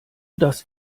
das